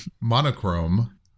Monochrome